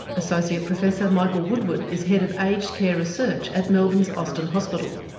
associate professor michael woodward is head of aged care research at melbourne's austin hospital.